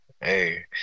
hey